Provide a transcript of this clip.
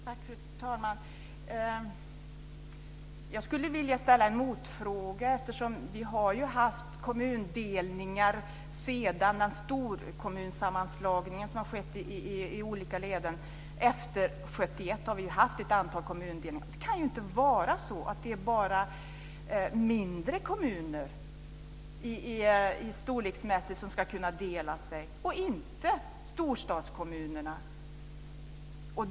Fru talman! Jag skulle vilja ställa en motfråga. Vi har haft kommundelningar sedan storkommunsammanslagningen som har skett i olika led. Efter 1971 har vi haft ett antal kommundelningar. Det kan inte vara så att det bara är storleksmässigt mindre kommuner som ska kunna dela sig och inte storstadskommunerna.